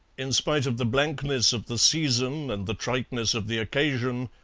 in spite of the blankness of the season and the triteness of the occasion,